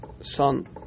son